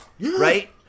Right